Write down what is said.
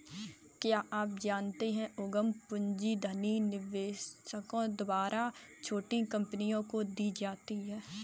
क्या आप जानते है उद्यम पूंजी धनी निवेशकों द्वारा छोटी कंपनियों को दी जाती है?